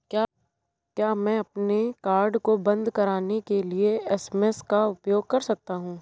क्या मैं अपने कार्ड को बंद कराने के लिए एस.एम.एस का उपयोग कर सकता हूँ?